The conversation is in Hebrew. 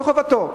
זו חובתו.